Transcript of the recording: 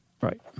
right